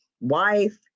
wife